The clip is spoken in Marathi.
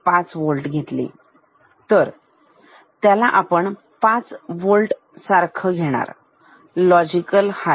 5 वोल्ट घेतले तर त्याला आपण 5 वोल्ट सारख घेणार लॉजिक हाय